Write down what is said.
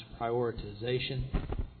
prioritization